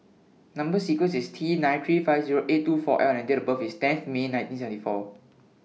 Number sequence IS T nine three five Zero eight two four L and Date of birth IS tenth May nineteen seventy four